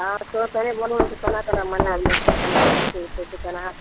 आ तऽ तनि बोलहु जे केना केना मनाएल जाइत छै केना कऽ हाथ उठै छै केना